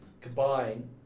combine